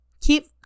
Keep